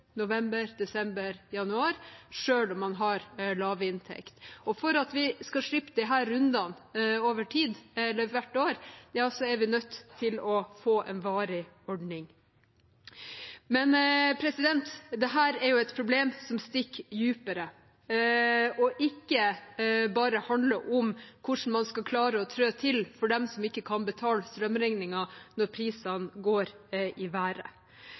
november, desember og januar, selv om de har lav inntekt. For at vi skal slippe disse rundene hvert år, er vi nødt til å få en varig ordning. Dette er et problem som stikker dypere og ikke bare handler om hvordan man skal klare å trå til for dem som ikke kan betale strømregningen når prisene går i